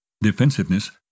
Defensiveness